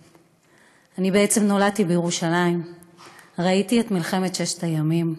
בעצם נולדתי בירושלים וראיתי את מלחמת ששת הימים,